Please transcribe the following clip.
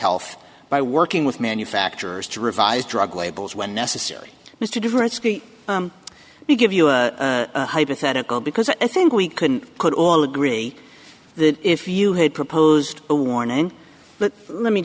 health by working with manufacturers to revise drug labels when necessary mr different skeet to give you a hypothetical because i think we couldn't could all agree that if you had proposed a warning but let me